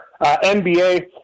NBA